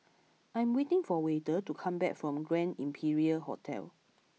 I am waiting for Wayde to come back from Grand Imperial Hotel